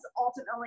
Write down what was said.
ultimately